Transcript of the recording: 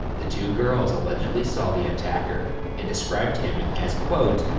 the two girls allegedly saw the attacker, and described him as quote,